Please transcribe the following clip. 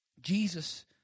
Jesus